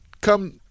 come